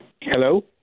Hello